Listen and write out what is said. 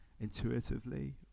intuitively